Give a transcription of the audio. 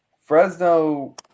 Fresno